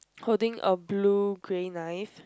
hold a blue grey knife